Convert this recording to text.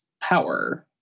power